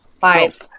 five